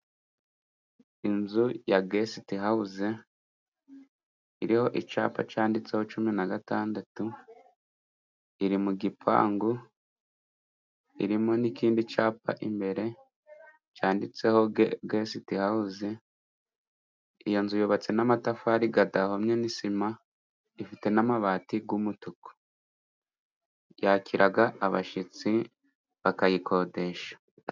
Inzu ya gesite hawuzi iriho icapa canditseho cumi na gatandatu, iri mu gipangu irimo n'ikindi capa imbere cyanditseho gesite hawuzi, iyo nzu yubatse n'amatafari gadahomye n'i sima ifite n'amabati g'umutuku, yakiraga abashyitsi bakayikodesha.